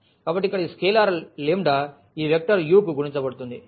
కాబట్టి ఇక్కడ ఈ స్కేలార్ ఈ వెక్టర్ u కు గుణించబడుతుంది